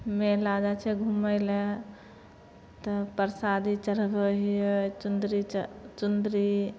मेला जाइ छियै घुमैलए तऽ प्रसादी चढ़बै हीयै चुन्दरी चुन्दरी